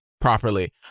properly